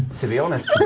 to be honest,